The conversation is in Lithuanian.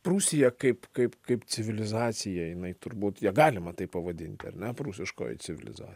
prūsija kaip kaip kaip civilizacija jinai turbūt ją galima taip pavadint ar ne prūsiškoji civiliza